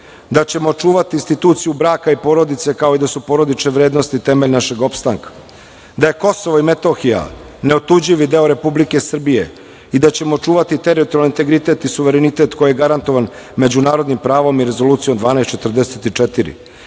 da ćemo čuvati instituciju braka i porodice, kao i da su porodične vrednosti temelj našeg opstanka;- da je Kosovo i Metohija neotuđivi deo Republike Srbije i da ćemo čuvati teritorijalni integritet i suverenitet koji je garantovan međunarodnim pravom i Rezolucijom 1244;-